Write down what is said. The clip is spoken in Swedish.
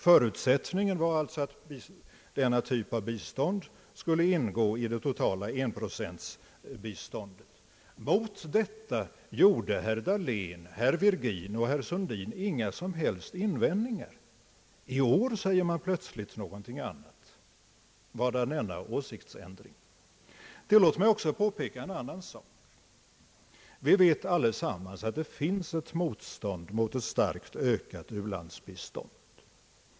Förutsättningen var alltså att denna typ av bistånd skulle ingå i det totala enprocentsbiståndet. Mot detta gjorde herr Dahlén, herr Virgin och herr Sundin inga som helst invändningar. I år säger man plötsligt någonting annat. Vadan denna åsiktsändring? Vi vet allesamman att det finns ett motstånd mot ett starkt ökat u-landsbistånd.